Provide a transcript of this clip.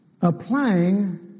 applying